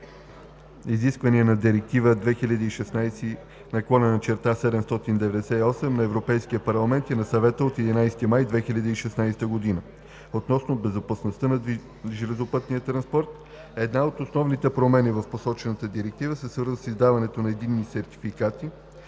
изискванията на Директива (ЕС) 2016/798 на Европейския парламент и на Съвета от 11 май 2016 г. относно безопасността на железопътния транспорт. Една от основните промени в посочената директива е свързана с издаването на Единен сертификат